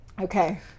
Okay